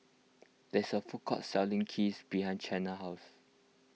there is a food court selling Kheer behind Chanelle house